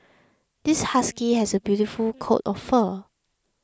this husky has a beautiful coat of fur